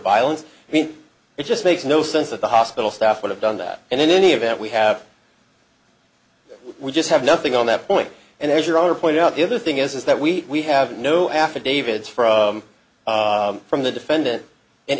violence i mean it just makes no sense that the hospital staff would have done that and in any event we have we just have nothing on that point and as your own to point out the other thing is is that we have no affidavits from from the defendant in